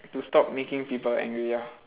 to stop making people angry ah